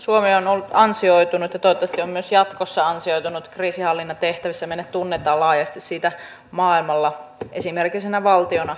suomi on ollut ansioitunut ja toivottavasti on myös jatkossa ansioitunut kriisinhallintatehtävissä meidät tunnetaan laajasti siitä maailmalla esimerkillisenä valtiona